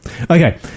Okay